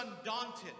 undaunted